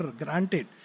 granted